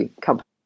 company